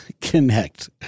Connect